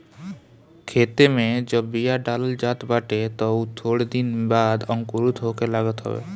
खेते में जब बिया डालल जात बाटे तअ उ थोड़ दिन बाद अंकुरित होखे लागत हवे